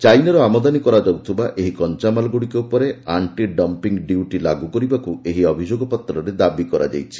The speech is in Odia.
ଚାଇନାରୁ ଆମଦାନୀ କରାଯାଉଥିବା ଏହି କଞ୍ଚାମାଲଗୁଡ଼ିକ ଉପରେ ଆଣ୍ଟି ଡମ୍ପିଙ୍ଗ୍ ଡ୍ୟୁଟି ଲାଗୁ କରିବାକୁ ଏହି ଅଭିଯୋଗପତ୍ରେ ଦାବି କରାଯାଇଛି